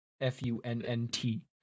F-U-N-N-T